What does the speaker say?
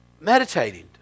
meditating